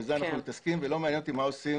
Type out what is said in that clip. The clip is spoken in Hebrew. בזה אנחנו מתעסקים ולא מעניין אותי מה עושים